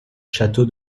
château